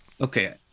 Okay